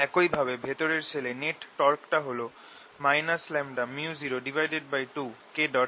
একই ভাবে ভেতরের শেলে নেট টর্ক টা হল µ02Ka2